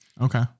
Okay